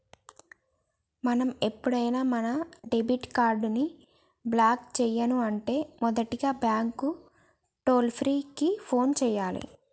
మనం ఎప్పుడైనా మన డెబిట్ కార్డ్ ని బ్లాక్ చేయను అంటే మొదటగా బ్యాంకు టోల్ ఫ్రీ కు ఫోన్ చేయాలి